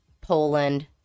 Poland